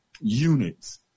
units